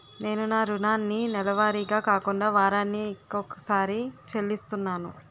నేను నా రుణాన్ని నెలవారీగా కాకుండా వారాని కొక్కసారి చెల్లిస్తున్నాను